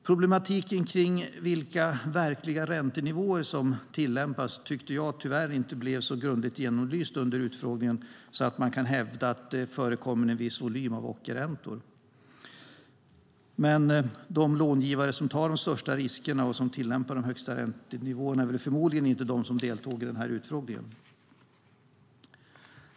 Problematiken kring vilka verkliga räntenivåer som tillämpas tyckte jag tyvärr inte blev så grundligt genomlyst under utfrågningen att man kan hävda att det förekommer en viss volym av ockerräntor. Men de långivare som tar de största riskerna och tillämpar de högsta räntenivåerna är förmodligen inte de som deltog i utfrågningen.